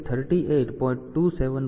તેથી વિલંબ 38